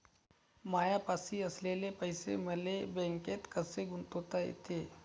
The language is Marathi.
मायापाशी असलेले पैसे मले बँकेत कसे गुंतोता येते?